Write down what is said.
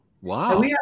Wow